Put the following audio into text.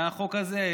מהחוק הזה,